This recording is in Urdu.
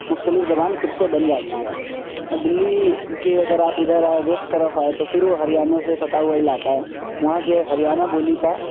مختلف زبان خود سے بن جاتی ہے اور دلی کے اگر آپ ادھر آئے ویسٹ طرف آئے تو پھر وہ ہریانہ سے سٹا ہوا علاقہ ہے وہاں جو ہے ہریانہ بولی کا